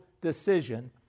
decision